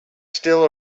still